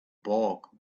bulk